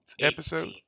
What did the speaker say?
episode